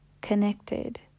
connected